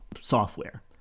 software